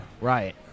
Right